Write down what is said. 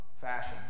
fashion